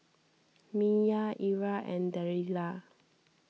Myah Ira and Delilah